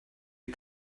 you